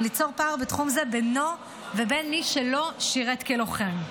ליצור פער בתחום זה בינו לבין מי שלא שירת כלוחם.